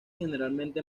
generalmente